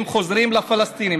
הם חוזרים לפלסטינים,